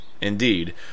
Indeed